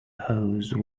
hose